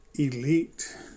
elite